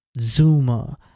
Zuma